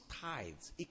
tithes